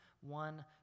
one